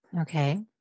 Okay